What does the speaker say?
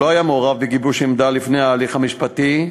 שלא היה מעורב בגיבוש עמדה לפני ההליך המשפטי,